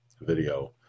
video